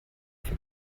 für